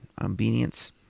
obedience